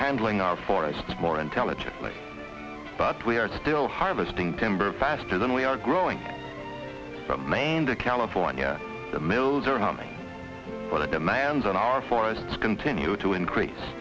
handling our forests more intelligently but we are still harvesting timber faster than we are growing from maine to california the mills are nothing but the demands on our forests continue to increase